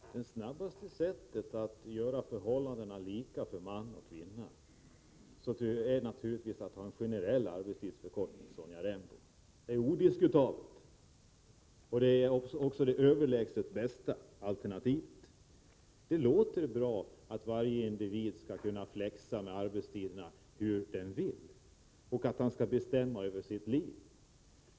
Herr talman! Det snabbaste sättet att skapa likvärdiga förhållanden för män och kvinnor är naturligtvis att införa en generell arbetstidsförkortning, Sonja Rembo. Det är odiskutabelt att det är det överlägset bästa alternativet. Det låter bra att varje individ skall kunna flexa med arbetstiden hur han vill och bestämma över sitt liv.